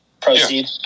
Proceed